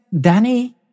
Danny